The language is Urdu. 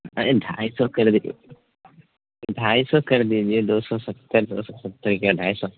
ارے ڈھائی سو کڑ دیجیے ڈھائی سو کر دیجیے دو سو ستّر دو سو ستّر کیا ڈھائی سو